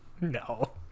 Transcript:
No